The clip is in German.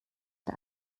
der